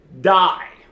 die